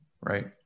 right